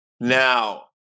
Now